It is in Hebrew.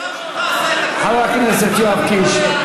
חבר הכנסת יואב קיש.